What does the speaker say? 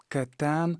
kad ten